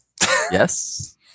Yes